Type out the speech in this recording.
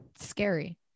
Scary